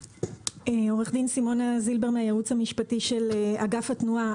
עורכת הדין סימונה זילבר מהייעוץ המשפטי של אגף התנועה.